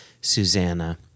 Susanna